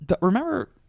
Remember